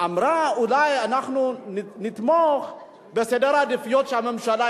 אמרה: אולי אנחנו נתמוך בסדר עדיפויות של הממשלה,